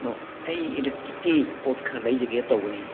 hello ꯑꯩ ꯏꯂꯦꯛꯇ꯭ꯔꯤꯛꯀꯤ ꯄꯣꯠ ꯈꯔ ꯂꯩꯖꯒꯦ ꯇꯧꯕꯅꯤ